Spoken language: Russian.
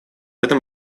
этом